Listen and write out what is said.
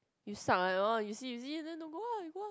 you suck you see you see then don't go uh I go uh